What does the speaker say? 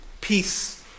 peace